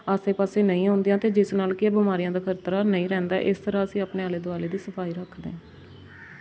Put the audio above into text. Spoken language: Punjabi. ਆਸੇ ਪਾਸੇ ਨਹੀਂ ਆਉਂਦੀਆਂ ਅਤੇ ਜਿਸ ਨਾਲ ਕੀ ਹੈ ਬਿਮਾਰੀਆਂ ਦਾ ਖ਼ਤਰਾ ਨਹੀਂ ਰਹਿੰਦਾ ਇਸ ਤਰ੍ਹਾਂ ਅਸੀਂ ਆਪਣੇ ਆਲੇ ਦੁਆਲੇ ਦੀ ਸਫਾਈ ਰੱਖਦੇ ਹਾਂ